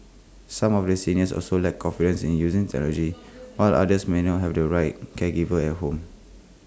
some of the seniors also lack confidence in using technology while others may not have the right caregivers at home